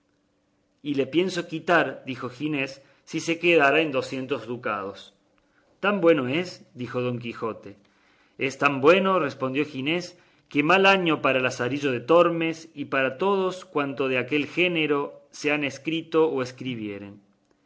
y le pienso quitar dijo ginés si quedara en docientos ducados tan bueno es dijo don quijote es tan bueno respondió ginés que mal año para lazarillo de tormes y para todos cuantos de aquel género se han escrito o escribieren